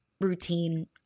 routine